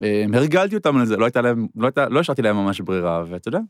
הרגלתי אותם על זה, לא הייתה להם, לא השארתי להם ממש ברירה, ואתה יודע?